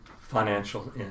financial